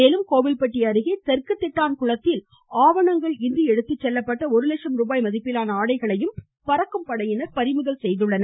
மேலும் கோவில் பட்டி அருகே தெற்கு திட்டான் குளத்தில் ஆவணங்கன் இன்றி எடுத்துச்செல்லப்பட்ட ஒரு லட்சம் ரூபாய் மதிப்பிலான ஆடைகளையும் ்பறக்கும் படையினர் பறிமுதல் செய்தனர்